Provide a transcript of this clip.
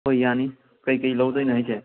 ꯍꯣꯏ ꯌꯥꯅꯤ ꯀꯩꯀꯩ ꯂꯧꯗꯣꯏꯅꯣ ꯍꯥꯏꯁꯦ